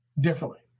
differently